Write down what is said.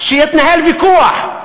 שיתנהל ויכוח,